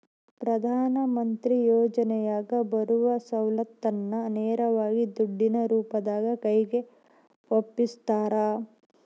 ಪ್ರಧಾನ ಮಂತ್ರಿ ಯೋಜನೆಯಾಗ ಬರುವ ಸೌಲತ್ತನ್ನ ನೇರವಾಗಿ ದುಡ್ಡಿನ ರೂಪದಾಗ ಕೈಗೆ ಒಪ್ಪಿಸ್ತಾರ?